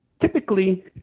typically